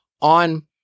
on